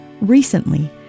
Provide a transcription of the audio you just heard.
Recently